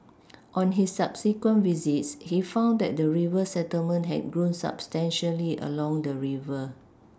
on his subsequent visits he found that the river settlement had grown substantially along the river